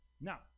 Now